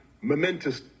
momentous